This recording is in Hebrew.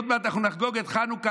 עוד מעט אנחנו נחגוג את חנוכה,